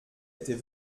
était